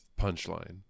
Punchline